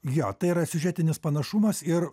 jo tai yra siužetinis panašumas ir